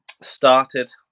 started